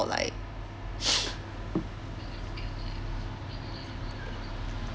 or like